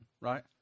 right